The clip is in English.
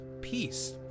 peace